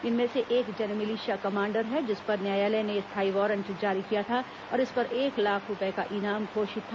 इनमें से एक जनमिलिशिया कमांडर है जिस पर न्यायालय ने स्थायी वारंट जारी किया था और इस पर एक लाख रूपये का इनाम घोषित था